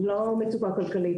לא מצוקה כלכלית.